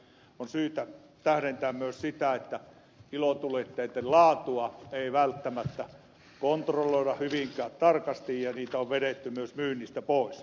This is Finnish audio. on syytä tähdentää myös sitä että ilotulitteitten laatua ei välttämättä kontrolloida hyvinkään tarkasti ja niitä on vedetty myös myynnistä pois